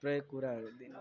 थुप्रै कुराहरू दिन